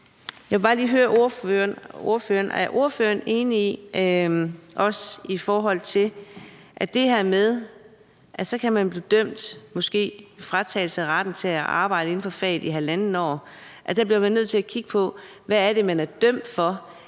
jeg vil bare lige høre ordføreren, om ordføreren er enig i, at når man kan blive dømt, måske få frataget retten til at arbejde inden for faget i halvandet år, bliver vi nødt til at kigge på, hvad det er, man bliver dømt for